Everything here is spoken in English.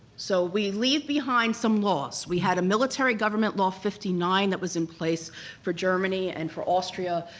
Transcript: so we leave behind some laws. we had military government law fifty nine that was in place for germany and for austria,